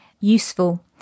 useful